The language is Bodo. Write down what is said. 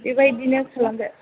बेबायदिनो खालामदो